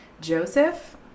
Joseph